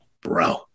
Bro